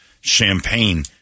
champagne